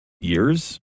Years